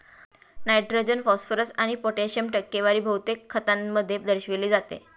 nitrogen, phosphorus आणि पोटॅशियमची टक्केवारी बहुतेक खतांमध्ये दर्शविली जाते